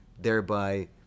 thereby